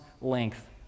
length